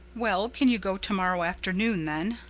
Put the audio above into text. well, can you go tomorrow afternoon, then?